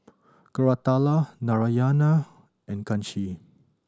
Koratala Narayana and Kanshi